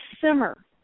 simmer